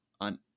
on